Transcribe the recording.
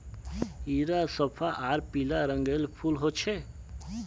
इरा सफ्फा आर पीला रंगेर फूल होचे